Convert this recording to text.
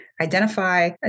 identify